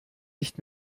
nicht